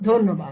ধন্যবাদ